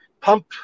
pump